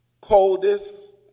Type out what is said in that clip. coldest